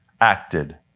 acted